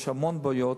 יש המון בעיות.